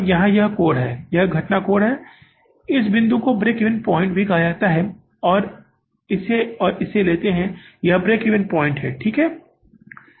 यहाँ एक कोण है जहाँ इसे घटना कोण कहा जाता है इस बिंदु को ब्रेक इवन पॉइंट्स भी कहा जाता है हम इसे और इसे लेते हैं यह ब्रेक इवन पॉइंट्स है ठीक है